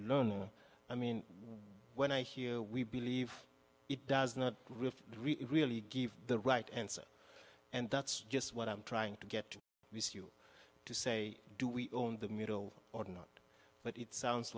learning i mean when i hear we believe it does not really give the right answer and that's just what i'm trying to get you to say do we own the middle or not but it sounds